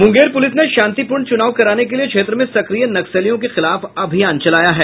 Munger police ने शांतिपूर्ण चुनाव कराने के लिये क्षेत्र में सक्रिय नक्सलियों के खिलाफ अभियान चलाया है